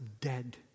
dead